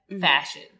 fashion